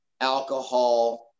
alcohol